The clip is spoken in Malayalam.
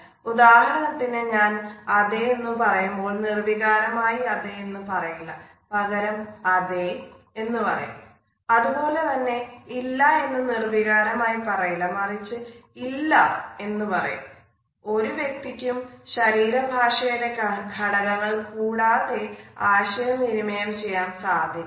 ഉദാഹരണത്തിന് ഞാൻ അതെ എന്ന് പറയുമ്പോൾ നിർവികാരമായി അതെ എന്ന് ഒരു വ്യക്തിക്കും ശരീര ഭാഷയുടെ ഘടകങ്ങൾ കൂടാതെ ആശയവിനിമയം ചെയ്യാൻ സാധിക്കില്ല